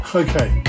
okay